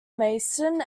mason